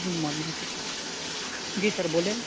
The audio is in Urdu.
گڈ مورننگ ٹو جی سر بولیں